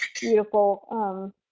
beautiful